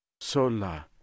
Sola